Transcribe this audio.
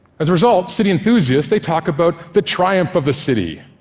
as a result, city enthusiasts, they talk about the triumph of the city,